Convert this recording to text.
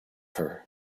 her